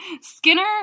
Skinner